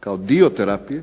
kao dio terapije